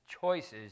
choices